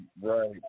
Right